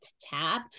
tap